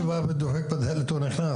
לא כל מי שבא ודופק בדלת נכנס.